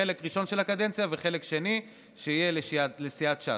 חלק ראשון של הקדנציה, וחלק שני שיהיה לסיעת ש"ס.